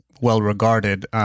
well-regarded